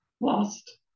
Lost